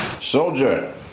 Soldier